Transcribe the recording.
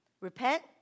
Repent